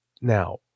now